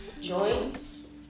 joints